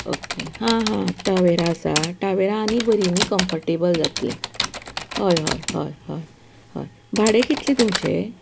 okay आं हां Tavera आसा तावेरा आनी बरी न्ही कम्फरटेबल जातली होय होय होय होय होय भाडें कितलें तुमचें